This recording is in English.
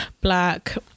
black